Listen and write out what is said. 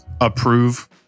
approve